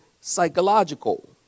psychological